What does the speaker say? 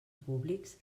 públics